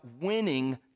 winning